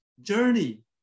journey